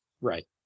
Right